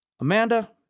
Amanda